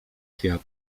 świat